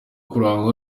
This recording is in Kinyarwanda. kurangwa